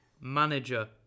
manager